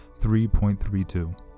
3.32